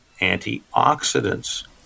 antioxidants